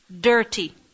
dirty